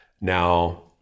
Now